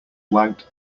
wagged